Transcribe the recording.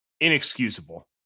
Inexcusable